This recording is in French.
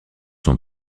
son